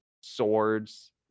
swords